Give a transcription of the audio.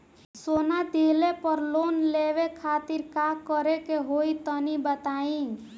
सोना दिहले पर लोन लेवे खातिर का करे क होई तनि बताई?